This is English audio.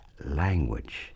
language